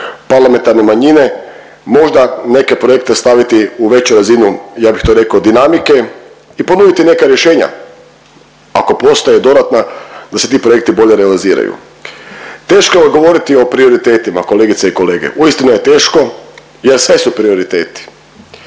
parlamentarne manjine, možda neke projekte staviti u veću razinu, ja bih to rekao, dinamike i ponuditi neka rješenja. Ako postoje dodatna, da se ti projekti bolje realiziraju. Teško je govoriti o prioritetima, kolegice i kolege, uistinu je teško jer sve su prioriteti.